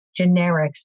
generics